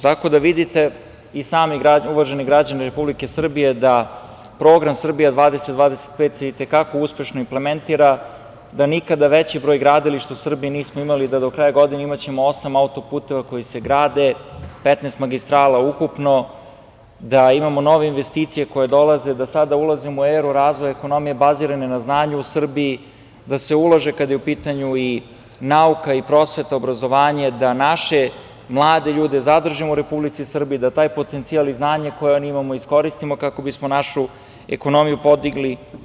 Tako da, vidite i sami uvaženi građani Republike Srbije da program „Srbija 2025“ se i te kako uspešno implementira, da nikada veći broj gradilišta u Srbiji nismo imali, da do kraja godine ćemo imati osam autoputeva koji se grade, 15 magistrala ukupno, da imamo nove investicije koje dolaze, da sada ulazimo u eru razvoja ekonomije bazirane na znanju u Srbiji, da se ulaže kada je u pitanju nauka, prosveta, obrazovanje, da naše mlade ljude zadržimo u Republici Srbiji, da taj potencijal i znanje koje oni imaju iskoristimo kako bismo našu ekonomiju podigli.